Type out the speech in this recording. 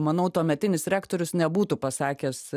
manau tuometinis rektorius nebūtų pasakęs